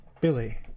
billy